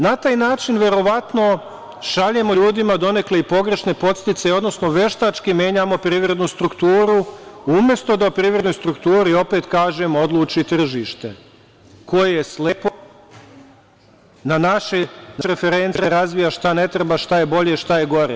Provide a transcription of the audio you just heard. Na taj način, verovatno, šaljemo ljudima donekle i pogrešne podsticaje, odnosno veštački menjamo privrednu strukturu, umesto da o privrednoj strukturi, opet kažem, odluči tržište, koje je slepo na naše preferencije šta treba da se razvija, šta ne treba, šta je bolje, šta je gore.